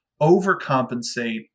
overcompensate